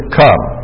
come